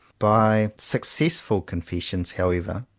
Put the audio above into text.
by successful confessions, however,